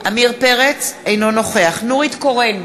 אינו נוכח נורית קורן,